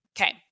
Okay